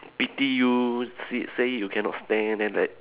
pity you see say you cannot stand then like